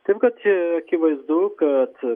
taip kad akivaizdu kad